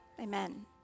amen